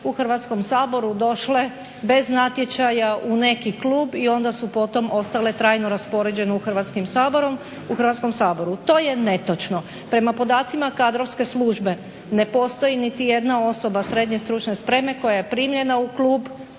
u Hrvatskom saboru došle bez natječaja u neki klub i onda su potom ostale trajno raspoređene u Hrvatskom saboru. To je netočno. Prema podacima kadrovske službe ne postoji niti jedna osoba srednje stručne spreme koja je primljena u klub